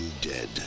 Dead